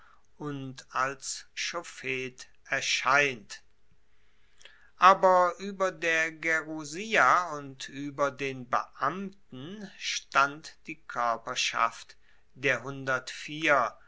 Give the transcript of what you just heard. und als schofet erscheint aber ueber der gerusia und ueber den beamten stand die koerperschaft der hundertvier